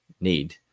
need